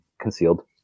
Concealed